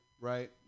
right